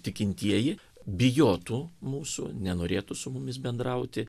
tikintieji bijotų mūsų nenorėtų su mumis bendrauti